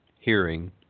hearing